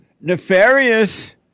Nefarious